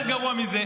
מה יותר גרוע מזה?